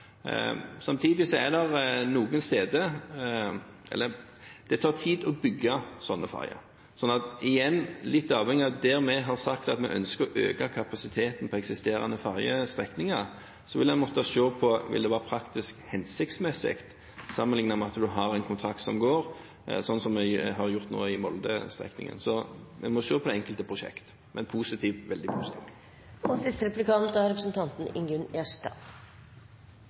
Det tar tid å bygge sånne ferjer. Så – igjen – litt avhengig av der vi har sagt at vi ønsker å øke kapasiteten på eksisterende ferjestrekninger, vil en måtte se på om det vil være praktisk hensiktsmessig, sammenliknet med at en har en kontrakt som går, sånn som vi har gjort nå på Molde-strekningen. Så en må se på det enkelte prosjekt – men positivt, veldig bra. Først må eg be så audmjukt om forlating for at denne representanten